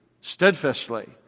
steadfastly